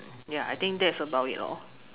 ya I think that is about it lor